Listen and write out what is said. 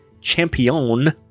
Champion